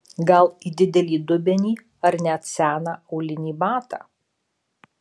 gal į didelį dubenį ar net seną aulinį batą